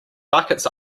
buckets